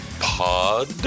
pod